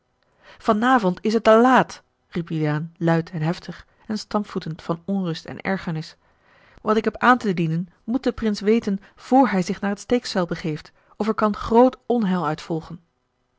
avond is het te laat riep juliaan luid en heftig en stampvoetend van onrust en ergernis wat ik heb aan te dienen moet de prins weten vr hij zich naar het steekspel begeeft of er kan groot onheil uit volgen